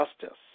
justice